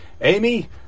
amy